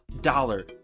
dollar